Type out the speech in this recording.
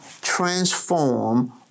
transform